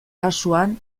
kasuan